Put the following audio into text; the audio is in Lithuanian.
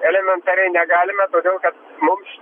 elementariai negalime todėl kad mums